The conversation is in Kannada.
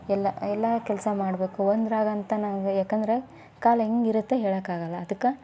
ಎಲ್ಲ ಎಲ್ಲ ಕೆಲಸ ಮಾಡಬೇಕು ಒಂದರಾಗ ಅಂತ ನಂಗೆ ಯಾಕಂದರೆ ಕಾಲ ಹೆಂಗಿರುತ್ತೆ ಹೇಳೋಕ್ಕಾಗಲ್ಲ ಅದಕ್ಕೆ